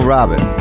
Robin